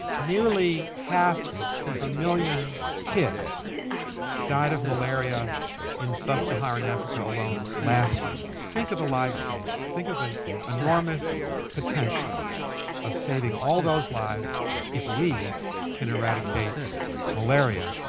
nearly half a million kids died of malaria in sub-saharan africa alone last year. think of the lives saved. think of the enormous potential of saving all those lives if we can eradicate malaria.